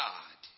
God